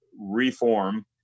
reform